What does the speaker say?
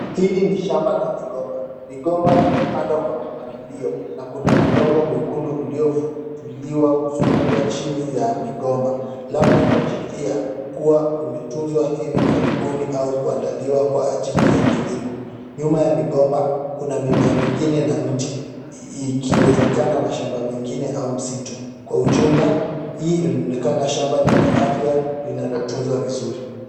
Hili ni shamba la migomba, migomba imepandwa kwa mipangilio, na kuna udongo mwekundu uliotuliwa kuzunguka chini ya migomba, labda kuashiria kuwa umetunzwa hivi karibuni au kuandaliwa kwa ajili ya kilimo, nyuma ya migomba kuna mimea mingine na miti ikiwezekana mashamba mengine au msitu. Kwa ujumla hii inaonekana shamba lenye afya linalotunzwa vizuri.